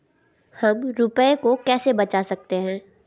हम रुपये को कैसे बचा सकते हैं?